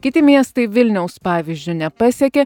kiti miestai vilniaus pavyzdžiu nepasekė